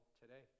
today